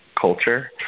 culture